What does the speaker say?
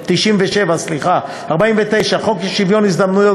49. חוק שוויון ההזדמנויות